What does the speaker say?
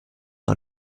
par